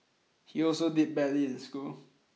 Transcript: he also did badly in school